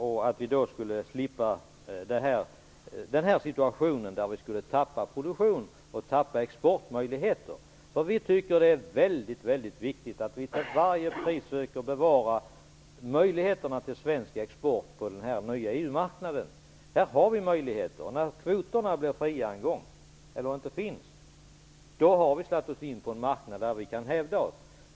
Då hade vi sluppit den här situationen som innebär att man förlorar produktion och exportmöjligheter. Vi anser att det är mycket viktigt att vi till varje pris försöker bevara möjligheterna till svensk export på den här nya EU-marknaden. Här har vi möjligheter. Och när kvoterna en gång blir fria, eller inte finns, då har vi tagit oss in på en marknad där vi kan hävda oss.